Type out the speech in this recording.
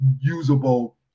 usable